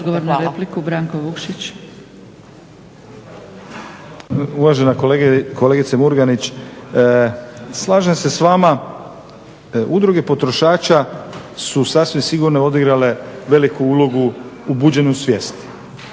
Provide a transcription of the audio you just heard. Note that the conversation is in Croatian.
Uvažena kolegice Murganić, slažem se s vama. Udruge potrošača su sasvim sigurno odigrale veliku ulogu u buđenju svijesti.